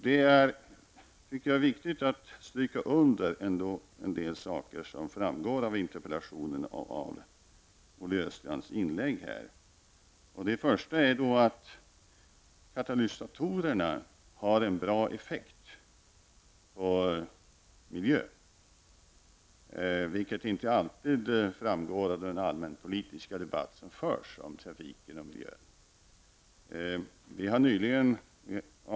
Jag tycker att det är viktigt att ändå stryka under en del saker som framgår av interpellationen och av Olle Östrands inlägg här. Det första är att katalysatorerna har en bra effekt på miljön, vilket inte alltid framgår av den allmänpolitiska debatt som förs om trafiken och miljön.